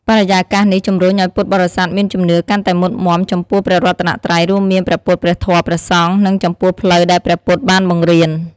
បរិយាកាសនេះជម្រុញឱ្យពុទ្ធបរិស័ទមានជំនឿកាន់តែមុតមាំចំពោះព្រះរតនត្រ័យ រួមមាន ព្រះពុទ្ធ ព្រះធម៌ ព្រះសង្ឃ និងចំពោះផ្លូវដែលព្រះពុទ្ធបានបង្រៀន។